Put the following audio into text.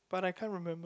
but I can't remember